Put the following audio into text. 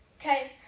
Okay